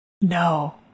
No